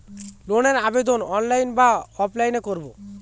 ঋণের আবেদন অনলাইন না অফলাইনে করব?